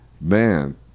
man